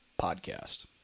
podcast